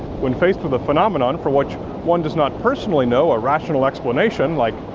when faced with a phenomenon for which one does not personally know a rational explanation, like.